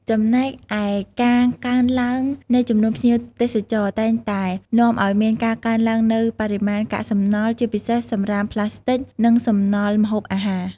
ចំណែកឯ ការកើនឡើងនៃចំនួនភ្ញៀវទេសចរតែងតែនាំឱ្យមានការកើនឡើងនូវបរិមាណកាកសំណល់ ជាពិសេសសំរាមប្លាស្ទិក និងសំណល់ម្ហូបអាហារ។